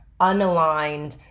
unaligned